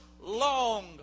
long